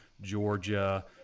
Georgia